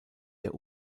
der